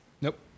Nope